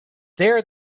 there